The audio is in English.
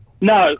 No